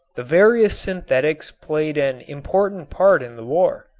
the various synthetics played an important part in the war.